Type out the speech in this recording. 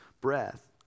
breath